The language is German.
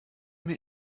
mir